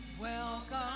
Welcome